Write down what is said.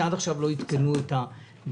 שעד עכשיו לא עדכנו את הקצבה שלהם,